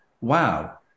Wow